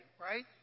right